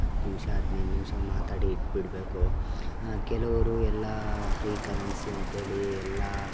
ಹತ್ತು ನಿಮಿಷ ಹದಿನೈದು ನಿಮಿಷ ಮಾತಾಡಿ ಇಟ್ಟುಬಿಡ್ಬೇಕು ಕೆಲವರು ಎಲ್ಲ ಫ್ರೀ ಕರೆನ್ಸಿ ಅಂತೇಳಿ ಎಲ್ಲ